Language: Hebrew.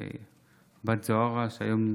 הקדיש הכללי.